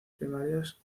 primarias